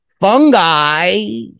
fungi